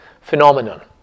phenomenon